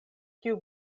kiu